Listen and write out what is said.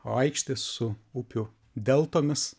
o aikštės su upių deltomis